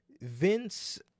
Vince